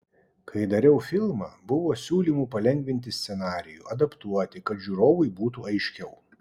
kai dariau filmą buvo siūlymų palengvinti scenarijų adaptuoti kad žiūrovui būtų aiškiau